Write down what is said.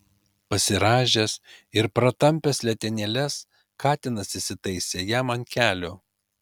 pasirąžęs ir pratampęs letenėles katinas įsitaisė jam ant kelių